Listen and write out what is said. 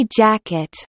jacket